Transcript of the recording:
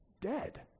dead